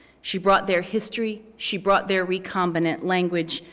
she brought their history, she brought their recombinant language,